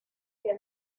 que